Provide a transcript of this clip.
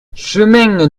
chemin